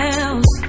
else